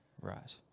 Right